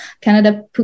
Canada